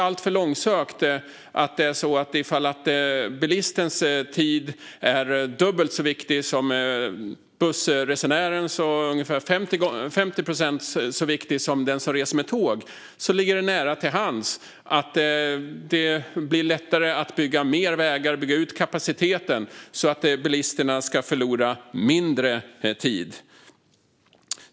Om bilistens tid är dubbelt så viktig som bussresenärens och ungefär 50 procent viktigare än tågresenärens är det inte alltför långsökt att det ligger nära till hands att göra det lättare att bygga mer vägar och bygga ut kapaciteten så att bilisterna förlorar mindre tid.